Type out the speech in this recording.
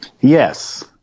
Yes